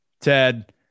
Ted